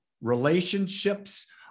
relationships